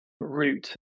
route